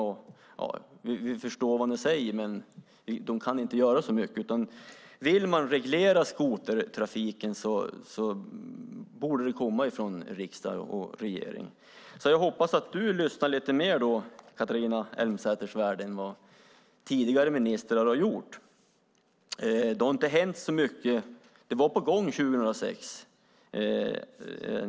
Vi förstår vad ni säger - ungefär så. De kan inte göra så mycket. Vill man reglera skotertrafiken borde det komma från riksdag och regering. Jag hoppas att du, Catharina Elmsäter-Svärd, lyssnar lite mer än tidigare ministrar gjort. Det har inte hänt särskilt mycket. År 2006 var detta på gång.